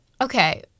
okay